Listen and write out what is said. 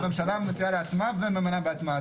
הממשלה מציעה לעצמה וממנה בעצמה.